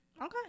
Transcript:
Okay